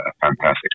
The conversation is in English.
fantastic